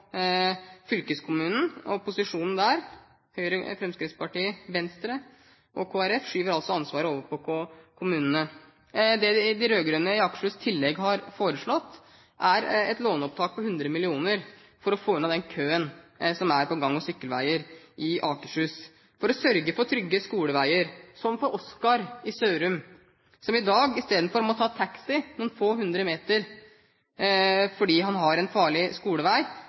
Fylkeskommunen, og opposisjonen der – Høyre, Fremskrittspartiet, Venstre og Kristelig Folkeparti – skyver altså ansvaret over på kommunene. Det de rød-grønne i Akershus i tillegg har foreslått, er et lånopptak på 100 mill. kr for å få unna den køen som er på gang- og sykkelveier i Akershus, for å sørge for trygge skoleveier – som for Oscar i Sørum, som i dag isteden må ta taxi noen få hundre meter fordi han har en farlig skolevei.